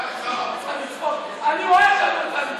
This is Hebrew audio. את רוצה לצחוק, אני רואה שאת רוצה לצחוק.